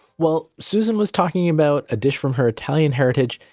well, susan was talking about a dish from her italian heritage.